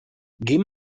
geh